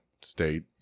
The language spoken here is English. state